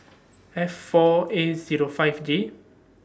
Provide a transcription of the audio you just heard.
F four A Zero five J